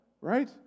right